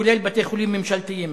כולל בתי-חולים ממשלתיים,